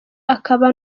akaba